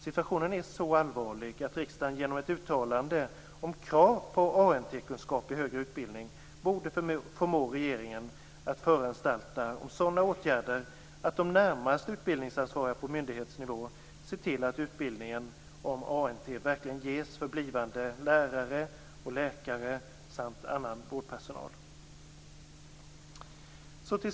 Situationen är så allvarlig att riksdagen genom ett uttalande om krav på ANT-kunskap i högre utbildning borde förmå regeringen att föranstalta om sådana åtgärder att de närmast utbildningsansvariga på myndighetsnivå ser till att utbildning om ANT verkligen ges till blivande lärare, läkare samt annan vårdpersonal.